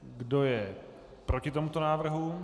Kdo je proti tomuto návrhu?